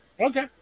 Okay